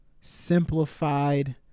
simplified